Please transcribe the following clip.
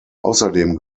außerdem